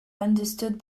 understood